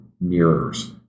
mirrors